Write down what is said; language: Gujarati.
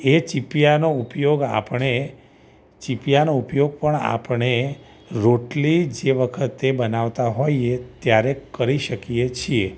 એ ચિપીયાનો ઉપયોગ આપણે ચિપીયાનો ઉપયોગ પણ આપણે રોટલી જે વખતે બનાવતા હોઈએ ત્યારે કરી શકીએ છીએ